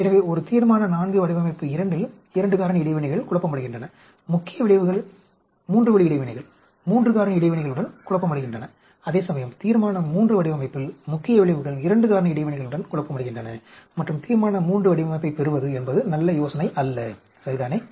எனவே ஒரு தீர்மான IV வடிவமைப்பு 2 இல் 2 காரணி இடைவினைகள் குழப்பமடைகின்றன முக்கிய விளைவுகள் மூன்று வழி இடைவினைகள் 3 காரணி இடைவினைகளுடன் குழப்பமடைகின்றன அதேசமயம் தீர்மான III வடிவமைப்பில் முக்கிய விளைவுகள் 2 காரணி இடைவினைகளுடன் குழப்பமடைகின்றன மற்றும் தீர்மான III வடிவமைப்பைப் பெறுவது என்பது நல்ல யோசனையல்ல சரிதானே